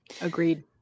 agreed